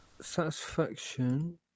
Satisfaction